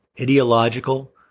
ideological